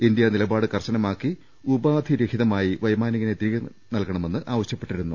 India നിലപാട്ട് കർശനമാക്കി ഉപാധിരഹിതമായി വൈമാ നികനെ തിരികെ നൽകണമെന്ന് ആവശൃപ്പെട്ടിരുന്നു